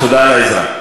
תודה על העזרה.